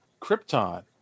Krypton